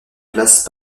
place